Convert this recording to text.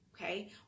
Okay